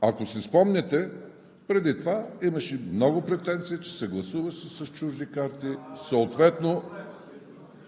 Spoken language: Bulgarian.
Ако си спомняте, преди това имаше много претенции, че се гласува с чужди карти (шум и реплики),